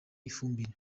ifumbire